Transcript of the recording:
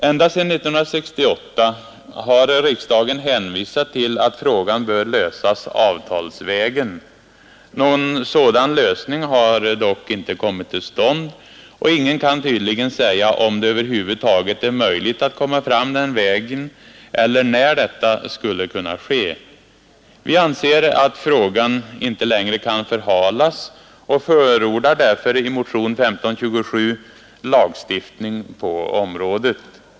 Ända sedan 1968 har riksdagen hänvisat till att frågan bör lösas avtalsvägen. Någon sådan lösning har dock inte kommit till stånd, och ingen kan tydligen säga om det över huvud taget är möjligt att komma fram på den vägen eller när detta skulle kunna ske. Vi anser att frågan inte längre kan förhalas och förordar därför i motionen 1527 lagstiftning på området.